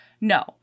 No